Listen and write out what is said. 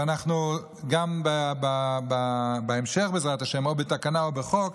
ואנחנו גם בהמשך, בעזרת השם, או בתקנה או בחוק,